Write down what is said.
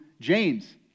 James